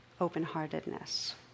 open-heartedness